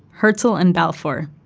herzel and balfour,